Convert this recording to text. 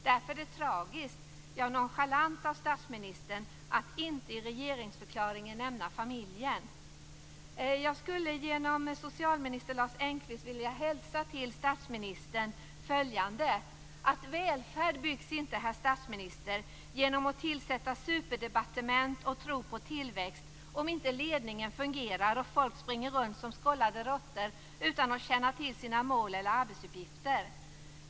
Därför är det tragiskt, ja nonchalant, att statsministern i regeringsförklaringen inte nämner familjen. Välfärd byggs inte, herr statsminister, genom att man tillsätter superdepartement och tror på tillväxt om inte ledningen fungerar och folk springer runt som skållade råttor utan att känna till sina mål eller arbetsuppgifter.